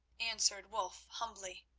answered wulf humbly